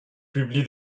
publie